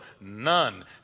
none